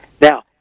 Now